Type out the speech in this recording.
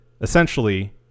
essentially